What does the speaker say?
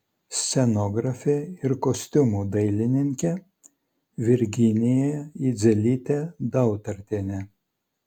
scenografė ir kostiumų dailininkė virginija idzelytė dautartienė